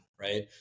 right